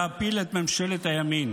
להפיל את ממשלת הימין.